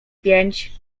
pięć